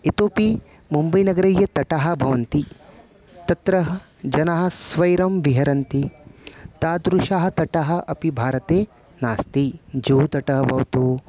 इतोपि मुम्बैनगरीयः तटः भवन्ति तत्र जनाः स्वैरं विहरन्ति तादृशः तटः अपि भारते नास्ति जुः तटः भवतु